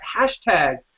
hashtag